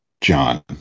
John